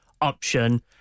option